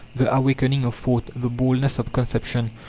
the awakening of thought, the boldness of conception,